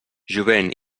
jovent